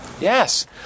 Yes